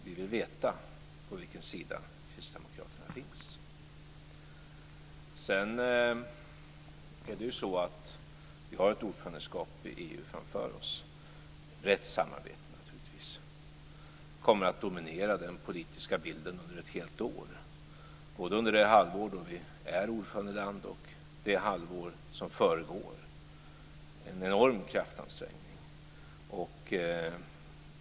Vi vill veta på vilken sida Kristdemokraterna finns. Vi har ett ordförandeskap i EU framför oss. Brett samarbete kommer naturligtvis att dominera den politiska bilden under ett helt år, både under det halvår vi är ordförandeland och det halvår som föregår. Det är en enorm kraftansträngning.